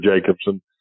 Jacobson